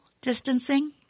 distancing